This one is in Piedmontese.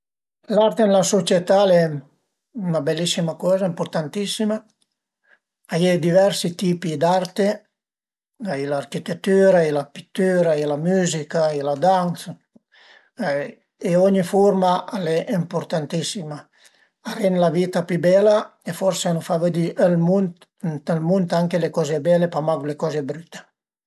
L'arte ën la sucietà al e 'na belissima coza, ëmpurtantissima, a ie diversi tipi d'arte, a ie l'architetüra, a ie la pitüra, a ie la müzica, a ie la dansa e ogni furma al e impurtantissima, a rend la vita pi bela e forsi a nu fa vëddi ël mund, ënt ël mund anche le coze bele e pa mach le coze brüte